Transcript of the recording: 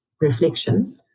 reflection